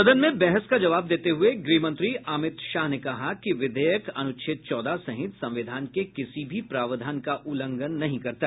सदन में बहस का जवाब देते हुए गृहमंत्री अमित शाह ने कहा कि विधेयक अनुच्छेद चौदह सहित संविधान के किसी भी प्रावधान का उल्लंघन नहीं करता